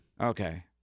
Okay